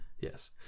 Yes